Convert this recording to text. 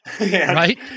right